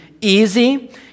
easy